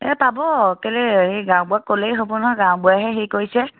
এই পাব কেলেই এই গাওঁবুঢ়াক ক'লেই হ'ব নহয় গাওঁবুঢ়াইহে হেৰি কৰিছে